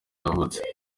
yavutse